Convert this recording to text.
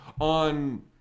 on